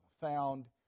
found